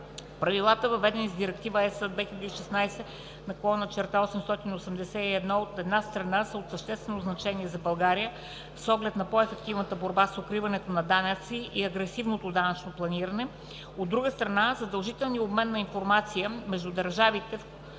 Правилата, въведени с Директива (ЕС) 2016/881, от една страна, са от съществено значение за България с оглед на по- ефективната борба с укриването на данъци и агресивното данъчно планиране. От друга страна, задължителният обмен на информация между държавите, в които